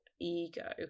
ego